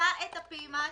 ומכניסה את הפעימה השלישית,